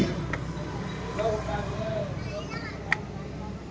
ಸಮಗ್ರ ವ್ಯವಸಾಯ ಅಂದ್ರ ಏನು?